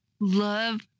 love